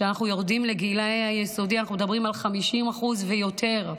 כשאנחנו יורדים לגילאי היסודי אנחנו מדברים על 50% ויותר.